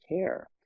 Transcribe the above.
care